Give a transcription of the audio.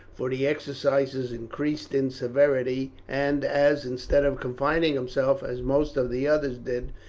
for the exercises increased in severity, and as, instead of confining himself, as most of the others did,